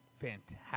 fantastic